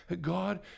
God